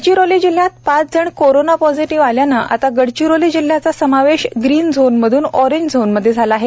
गडचिरोली जिल्हयात पाच जण कोरोना पॉझिटीव्ह झाल्याने आता गडचिरोली जिल्ह्याचा समावेश ग्रीन झोनमध्न ऑरेंज झोनमध्ये झाला आहे